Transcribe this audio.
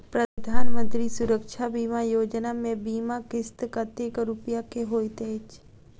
प्रधानमंत्री सुरक्षा बीमा योजना मे बीमा किस्त कतेक रूपया केँ होइत अछि?